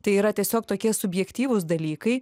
tai yra tiesiog tokie subjektyvūs dalykai